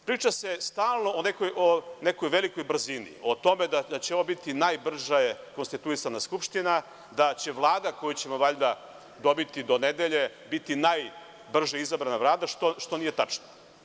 Priča se stalno o nekoj veliko brzini, o tome da će ovo biti najbrže konstituisana Skupština, da će Vlada koju ćemo valjda dobiti do nedelje biti najbrže izabrana, što nije tačno.